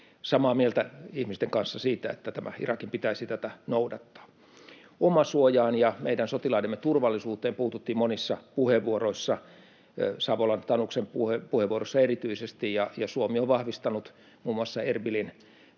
samaa mieltä ihmisten kanssa siitä, että Irakin pitäisi tätä noudattaa. Omasuojaan ja meidän sotilaidemme turvallisuuteen puututtiin monissa puheenvuoroissa, Savolan ja Tanuksen puheenvuoroissa erityisesti. Suomi on vahvistanut muun muassa Arbilin